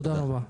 תודה רבה.